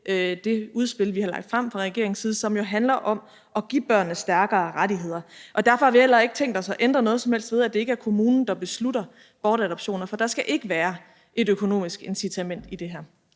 det udspil, vi har lagt frem fra regeringens side, som jo handler om at give børnene stærkere rettigheder. Derfor har vi heller ikke tænkt os at ændre noget som helst ved, at det ikke er kommunen, der beslutter bortadoptioner, for der skal ikke være et økonomisk incitament i det her.